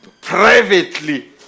Privately